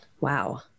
wow